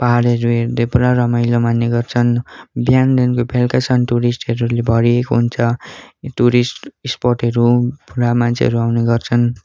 पाहाडहरू हेर्दै पुरा रमाइलो मान्ने गर्छन् बिहानदेखिको बेलुकीसम्म टुरिस्टहरूले भरिएको हुन्छ टुरिस्ट स्पोटहरू पुरा मान्छेहरू आउने गर्छन्